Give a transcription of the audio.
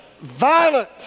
violent